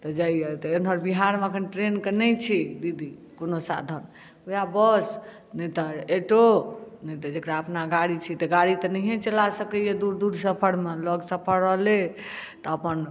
तऽ जइया तऽ एमहर बिहार मे अखन ट्रैन के नहि छै दीदी कोनो साधन वएह बस ने तऽ ऑटो ने त जेकरा अपना गाड़ी छै तऽ गाड़ी तऽ नहि चला सकैया दूर दूर सफर मे लग सफर रहलै तऽ अपन